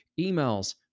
emails